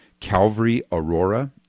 Calvaryaurora